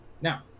now